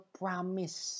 promise